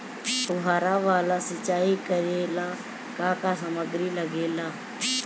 फ़ुहारा वाला सिचाई करे लर का का समाग्री लागे ला?